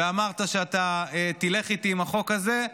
ואמרת שאתה תלך איתי עם החוק הזה,